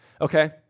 okay